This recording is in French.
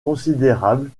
considérable